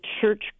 church